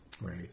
Right